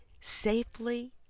safely